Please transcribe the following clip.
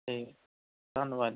ਅਤੇ ਧੰਨਵਾਦ